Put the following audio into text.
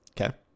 Okay